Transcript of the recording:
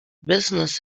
business